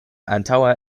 antaŭa